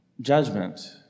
judgment